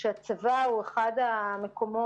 הבנתי.